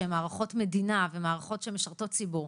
שהן מערכות מדינה ומערכות שמשרתות ציבור,